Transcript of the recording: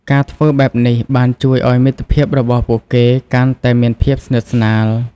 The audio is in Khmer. ការធ្វើបែបនេះបានជួយឲ្យមិត្តភាពរបស់ពួកគេកាន់តែមានភាពស្និទ្ធស្នាល។